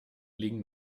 liegen